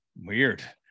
weird